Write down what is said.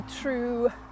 true